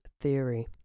theory